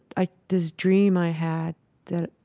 i this dream i had that,